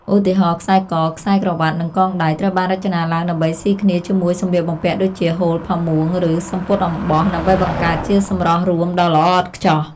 ឧទាហរណ៍ ខ្សែ ក ខ្សែក្រវាត់ និងកងដៃ ត្រូវបានរចនាឡើងដើម្បីស៊ីគ្នាជាមួយសម្លៀកបំពាក់ដូចជា ហូល ផាមួង ឬសំពត់អំបោះ ដើម្បីបង្កើតជាសម្រស់រួមដ៏ល្អឥតខ្ចោះ។